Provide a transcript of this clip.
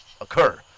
occur